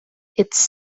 its